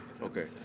okay